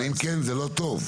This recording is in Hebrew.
אבל אם כן זה לא טוב,